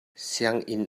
sianginn